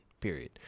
period